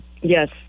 Yes